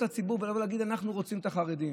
את הציבור ולהגיד: אנחנו רוצים את החרדים.